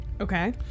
okay